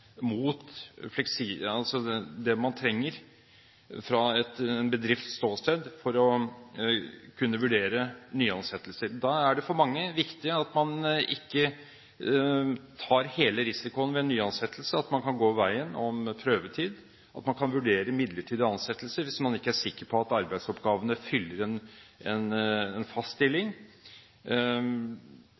mot det man trenger fra en bedrifts ståsted for å kunne vurdere nyansettelser. Da er det for mange viktig at man ikke tar hele risikoen ved en nyansettelse, men at man kan gå veien om prøvetid, at man kan vurdere midlertidige ansettelser hvis man ikke er sikker på at arbeidsoppgavene fyller en fast stilling.